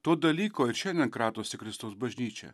to dalyko ir šiandien kratosi kristaus bažnyčia